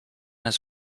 his